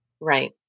Right